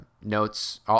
notes